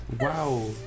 Wow